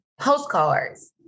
postcards